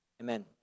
Amen